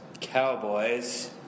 Cowboys